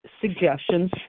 suggestions